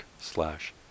slash